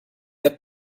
hat